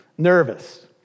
Nervous